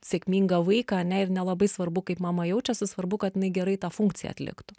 sėkmingą vaiką ane ir nelabai svarbu kaip mama jaučiasi svarbu kad jinai gerai tą funkciją atliktų